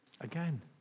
again